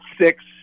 six